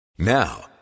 Now